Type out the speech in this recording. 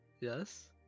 yes